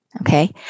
Okay